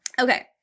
Okay